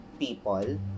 people